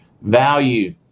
value